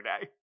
day